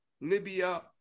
Libya